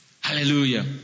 hallelujah